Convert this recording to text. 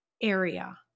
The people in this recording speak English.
area